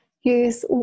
use